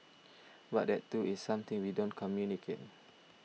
but that too is something we don't communicate